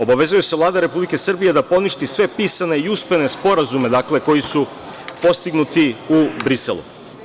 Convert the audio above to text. Obavezuje se Vlada Republike Srbije da poništi sve pisane i usmene sporazume koji su postignuti u Briselu.